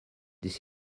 this